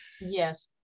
Yes